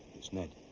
it's ned.